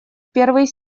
первый